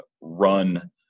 run